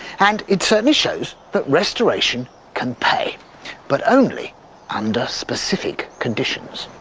and it certainly shows that restoration can pay but only under specific conditions.